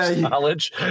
knowledge